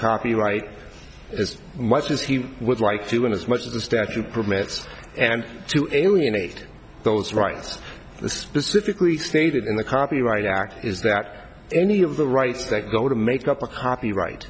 copyright as much as he would like to as much of the statute permits and to alienate those rights specifically stated in the copyright act is that any of the rights that go to make up a copyright